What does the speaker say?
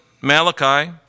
Malachi